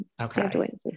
Okay